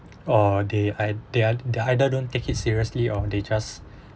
or they are they are they either don't take it seriously or they just